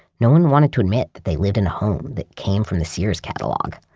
no one wanted to admit that they lived in home that came from the sears catalog.